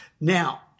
now